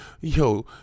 yo